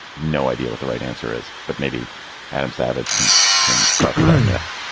no idea what the right answer is, but maybe adam savage can can bust that myth.